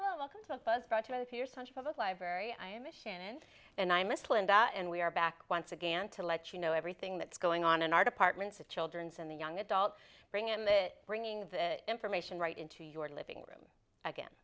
to your sunday public library i am a shannon and i miss linda and we are back once again to let you know everything that's going on in our department of children's and the young adult bring in that bringing that information right into your living room again